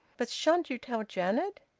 but shan't you tell janet?